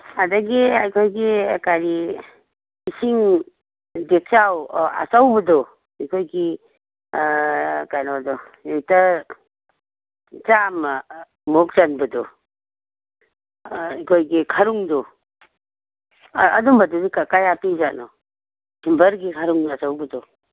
ꯑꯗꯒꯤ ꯑꯩꯈꯣꯏꯒꯤ ꯀꯔꯤ ꯏꯁꯤꯡ ꯗꯦꯛꯆꯥꯎ ꯑꯆꯧꯕꯗꯣ ꯑꯩꯈꯣꯏꯒꯤ ꯀꯩꯅꯣꯗꯣ ꯂꯤꯇꯔ ꯆꯥꯃꯃꯨꯛ ꯆꯟꯕꯗꯣ ꯑꯩꯈꯣꯏꯒꯤ ꯈꯔꯨꯡꯗꯣ ꯑꯗꯨꯝꯕꯗꯨꯗꯤ ꯀꯌꯥ ꯄꯤꯔꯤ ꯖꯥꯠꯅꯣ ꯁꯤꯜꯚꯔꯒꯤ ꯈꯔꯨꯡ ꯑꯆꯧꯕꯗꯣ